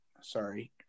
Sorry